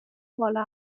بالا